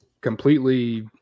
completely